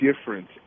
difference